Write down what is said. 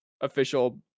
official